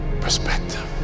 perspective